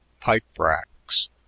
pipe-racks